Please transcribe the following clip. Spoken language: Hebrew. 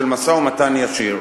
של משא-ומתן ישיר.